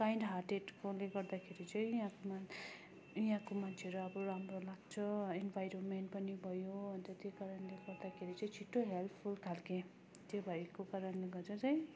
kind हार्टेडकोले गर्दाखेरि चाहिँ यहाँको मान् यहाँको मान्छेहरू अब राम्रो लाग्छ है इन्भाइरोमेन्ट पनि भयो अन्त त्यो कारणले गर्दाखेरि चाहिँ छिटो हेल्पफुल खालके त्यो भएको कारणले गर्दा चाहिँ